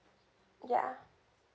ya